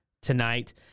tonight